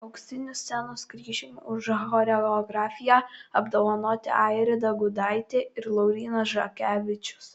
auksiniu scenos kryžiumi už choreografiją apdovanoti airida gudaitė ir laurynas žakevičius